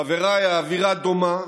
חבריי, האווירה דומה,